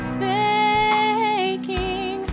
faking